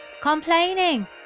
complaining